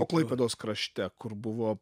o klaipėdos krašte kur buvo